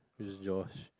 it's Josh